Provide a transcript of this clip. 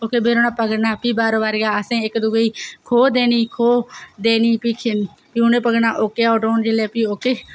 ते पकड़ना ते प्ही बारो बारियै प्ही असें इक्क दूए गी खोह् देनी खोह् देनी प्ही उ'नें पकड़ना प्ही ओह्के आऊट होन ते प्ही ओह्के